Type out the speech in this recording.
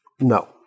No